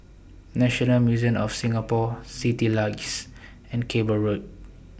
National Museum of Singapore Citylights and Cable Road